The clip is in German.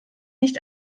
nicht